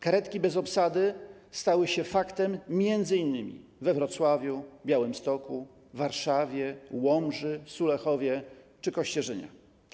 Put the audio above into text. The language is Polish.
Karetki bez obsady stały się faktem m.in. we Wrocławiu, w Białymstoku, Warszawie, Łomży, Sulechowie czy Kościerzynie.